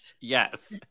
Yes